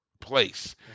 place